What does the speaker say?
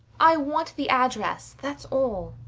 i want the address thats all.